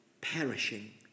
perishing